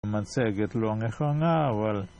מצגת לא נכונה אבל